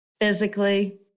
physically